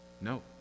No